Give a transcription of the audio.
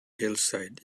hillside